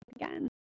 again